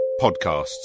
podcasts